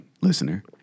listener